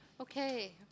Okay